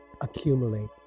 accumulate